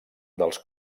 dels